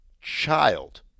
child